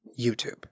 YouTube